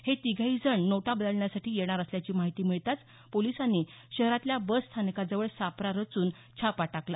हे तिघेही जण नोटा बदलण्यासाठी येणार असल्याची माहिती मिळताच पोलिसांनी शहरातल्या बस स्थानकाजवळ सापळा रचून छापा टाकला